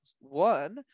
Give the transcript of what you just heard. One